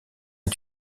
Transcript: est